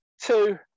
two